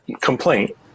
complaint